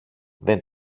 δεν